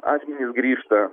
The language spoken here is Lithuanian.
asmenys grįžta